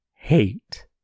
hate